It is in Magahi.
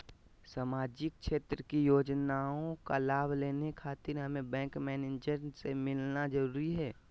सामाजिक क्षेत्र की योजनाओं का लाभ लेने खातिर हमें बैंक मैनेजर से मिलना जरूरी है?